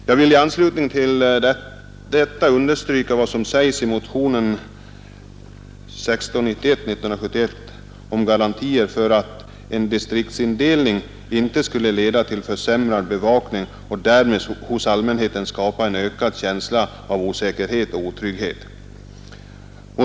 Jag vill i anslutning härtill understryka vad som anförs i motionen 1619 år 1971 om garantier för att en distriktsindelning inte skall leda till försämrad bevakning och därmed hos allmänheten skapa en ökad känsla av osäkerhet och otrygghet.